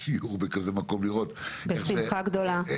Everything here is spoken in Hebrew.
דברים שמחברים בין אם המושבות לבין ז'בוטינסקי.